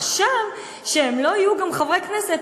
עכשיו, כשהם גם לא יהיו חברי כנסת,